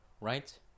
right